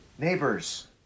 neighbors